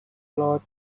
lot